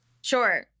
sure